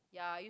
ya I use